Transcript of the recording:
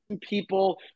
people